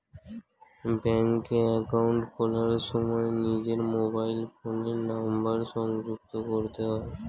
ব্যাঙ্কে অ্যাকাউন্ট খোলার সময় নিজের মোবাইল ফোনের নাম্বার সংযুক্ত করতে হয়